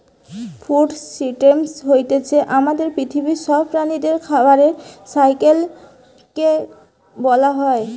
food system হতিছে আমাদের পৃথিবীর সব প্রাণীদের খাবারের সাইকেল কে বোলা হয়